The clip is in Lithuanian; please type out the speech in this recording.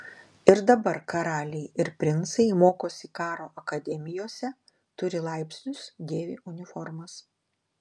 ir dabar karaliai ir princai mokosi karo akademijose turi laipsnius dėvi uniformas